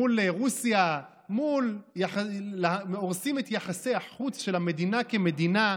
מול רוסיה, הורסים את יחסי החוץ של המדינה כמדינה,